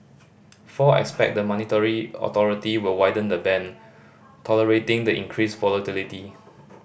four expect the monetary authority will widen the band tolerating the increased volatility